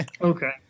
Okay